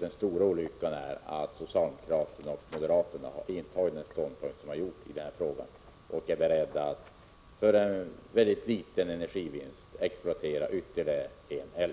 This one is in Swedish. Den stora olyckan är att socialdemokraterna och moderaterna har intagit den ståndpunkt som de har gjort i denna fråga. De är således beredda att, för en mycket liten energivinst, exploatera ytterligare en älv.